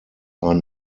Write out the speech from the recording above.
are